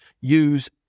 use